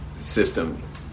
system